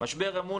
משבר אמון,